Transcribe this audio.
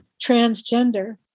transgender